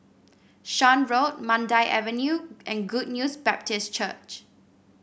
Shan Road Mandai Avenue and Good News Baptist Church